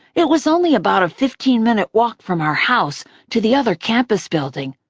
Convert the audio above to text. it was only about a fifteen-minute walk from our house to the other campus building,